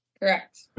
Correct